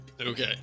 Okay